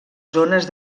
zones